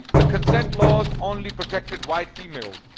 the consent laws only protected white females.